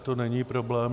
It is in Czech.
To není problém.